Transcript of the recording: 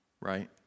right